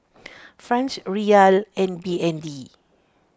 Franc Riyal and B N D